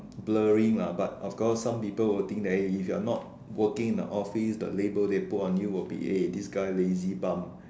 blurring lah but of course some people will think that if you're not working in the office the label they put on your will be eh this guy lazy bum